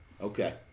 Okay